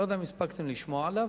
אני לא יודע אם הספקתם לשמוע עליו.